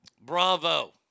Bravo